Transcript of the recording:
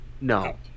No